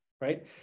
Right